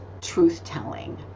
truth-telling